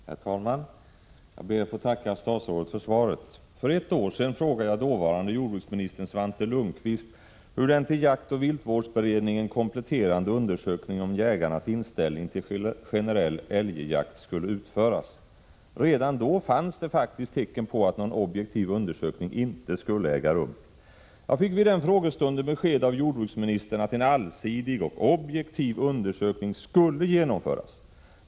Herr talman! Jag ber att få tacka statsrådet för svaret. För ett år sedan frågade jag dåvarande jordbruksministern Svante Lundkvist hur den när det gäller jaktoch viltvårdsberedningen kompletterande undersökningen om jägarnas inställning till generell älgjakt skulle utföras. Redan då fanns det faktiskt tecken på att någon objektiv undersökning inte skulle äga rum. Jag fick vid den frågestunden beskedet av jordbruksministern att en allsidig och objektiv undersökning skulle genomföras.